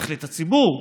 יחליט הציבור.